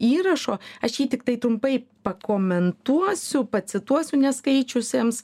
įrašo aš jį tiktai trumpai pakomentuosiu pacituosiu neskaičiusiems